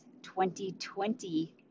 2020